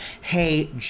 Hey